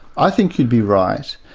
i think you'd be right,